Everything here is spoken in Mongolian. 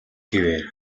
хэвээр